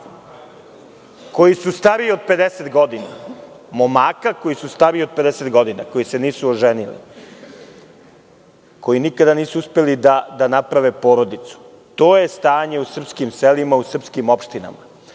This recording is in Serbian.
koji su stariji od 50 godina. Znači, momaka koji su stariji od 50 godina, koji se nisu oženili i koji nikada nisu uspeli da naprave porodicu. To je stanje u srpskim selima, u srpskim opštinama. Selo